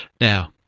now,